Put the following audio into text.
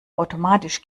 automatisch